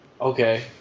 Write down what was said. okay